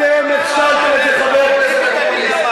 אתם הכשלתם את זה, חבר הכנסת אקוניס.